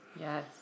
Yes